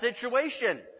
situation